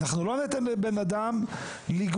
אנחנו לא ניתן לבן אדם לגווע,